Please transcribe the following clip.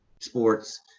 sports